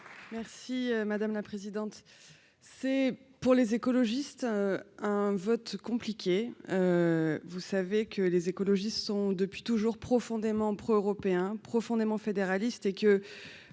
Merci madame la présidente, c'est pour les écologistes, un vote compliqué vous savez que les écologistes sont depuis toujours profondément pro-européen profondément fédéraliste et que